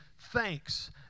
thanks